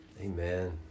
amen